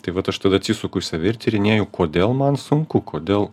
tai vat aš tada atsisuku į save ir tyrinėju kodėl man sunku kodėl